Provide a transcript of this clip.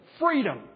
freedom